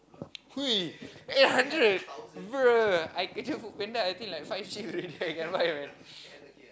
eight hundred bruh I drive FoodPanda I think like five shift already I can buy already